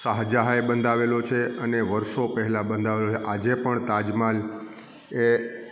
શાહજહાં એ બંધાવેલો છે અને વર્ષો પહેલાં બંધાવ્યો અને આજે પણ એ